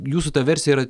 jūsų ta versija yra